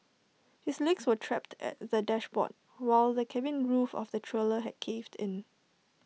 his legs were trapped at the dashboard while the cabin roof of the trailer had caved in